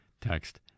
text